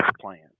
plan